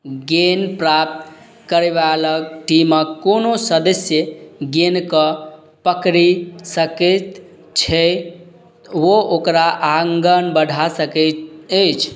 गेन प्राप्त करैवाला टीमक कोनो सदस्य गेन कऽ पकड़ि सकैत छै वो ओकरा आँगन बढ़ा सकैत अछि